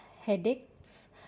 headaches